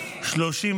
תוספת תקציב לא נתקבלו.